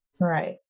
Right